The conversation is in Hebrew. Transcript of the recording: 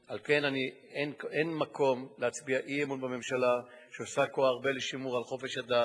אין מקום להצביע אי-אמון בממשלה שעושה כה הרבה לשימור חופש הדת